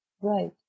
Right